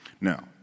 Now